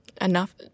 enough –